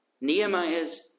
nehemiah's